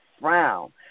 frown